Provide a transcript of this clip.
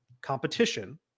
competition